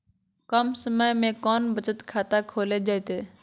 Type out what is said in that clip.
कम समय में कौन बचत खाता खोले जयते?